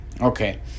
Okay